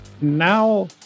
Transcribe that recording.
now